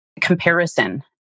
comparison